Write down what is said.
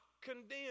condemned